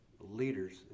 leaders